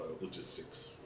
logistics